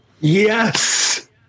Yes